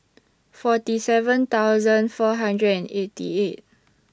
forty seven thousand four hundred and eighty eight